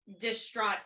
distraught